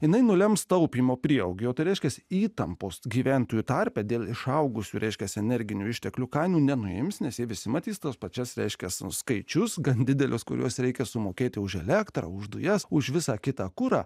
jinai nulems taupymo prieaugį o tai reiškiasi įtampos gyventojų tarpe dėl išaugusių reiškiasi energinių išteklių kainų nenuims nes jie visi matys tas pačias reiškiasi skaičius gan didelius kuriuos reikia sumokėti už elektrą už dujas už visą kitą kurą